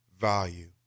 value